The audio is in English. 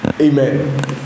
Amen